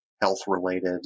health-related